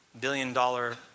billion-dollar